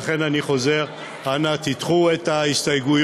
לכן, אני חוזר, אנא תדחו את ההסתייגויות.